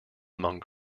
among